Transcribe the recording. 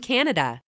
Canada